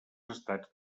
estats